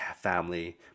family